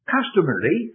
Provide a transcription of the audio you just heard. Customarily